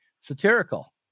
satirical